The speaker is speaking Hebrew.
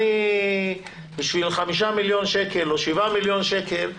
בשביל 5 - 7 מיליון שקל,